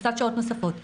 מכסת שעות נוספות,